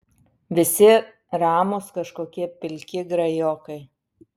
visi ramūs kažkokie pilki grajokai